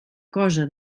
cosa